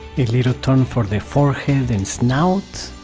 a little turn for the forehead and snout,